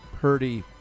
Purdy